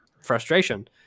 frustration